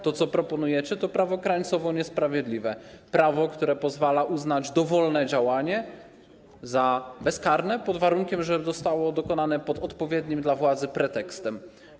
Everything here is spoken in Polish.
To, co proponujecie, to prawo krańcowo niesprawiedliwe, prawo, które pozwala uznać dowolne działanie za bezkarne, pod warunkiem że zostało dokonane pod odpowiednim dla władzy pretekstem.